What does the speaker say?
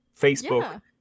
Facebook